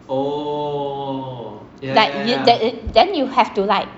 like that it then you have to like